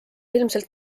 ilmselt